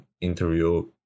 interview